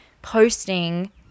posting